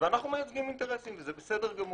ואנחנו מייצגים אינטרסים וזה בסדר גמור.